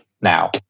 now